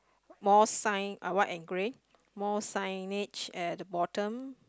more sign are white and grey more signage at the bottom